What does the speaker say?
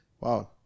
wow